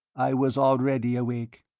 i was already awake.